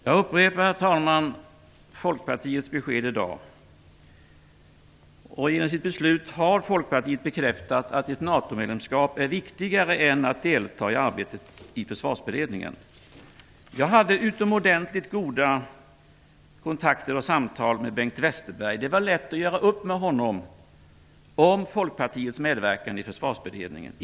Herr talman! Jag upprepar Folkpartiets besked i dag. Genom sitt beslut har Folkpartiet bekräftat att ett NATO-medlemskap är viktigare än att delta i arbetet i Jag hade utomordentligt goda kontakter och samtal med Bengt Westerberg. Det var lätt att göra upp med honom om Folkpartiets medverkan i Försvarsberedningen.